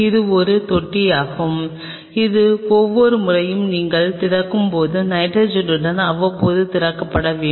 இது ஒரு தொட்டியாகும் இது ஒவ்வொரு முறையும் நீங்கள் திறக்கும் போது நைட்ரஜனுடன் அவ்வப்போது நிரப்பப்பட வேண்டும்